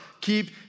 keep